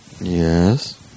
Yes